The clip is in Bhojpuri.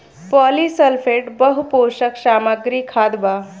पॉलीसल्फेट बहुपोषक सामग्री खाद बा